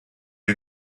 you